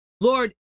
Lord